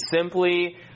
simply